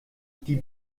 die